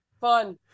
Fun